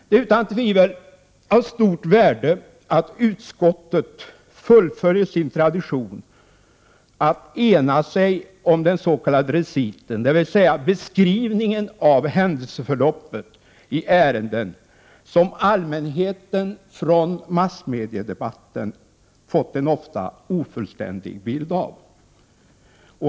Det är utan tvivel av stort värde att utskottet fullföljer sin tradition att ena sig om den s.k. reciten — dvs. beskrivningen av händelseförloppet i ärenden — som allmänheten från massmediedebatten fått en ofta ofullständig bild av.